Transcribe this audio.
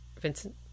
Vincent